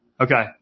Okay